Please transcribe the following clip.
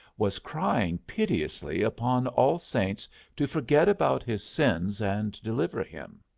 was crying piteously upon all saints to forget about his sins and deliver him.